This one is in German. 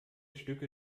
stücke